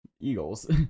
Eagles